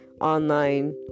online